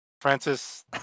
francis